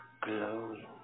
glowing